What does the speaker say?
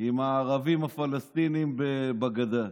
עם הערבים הפלסטינים בגדה.